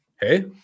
Hey